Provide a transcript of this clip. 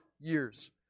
years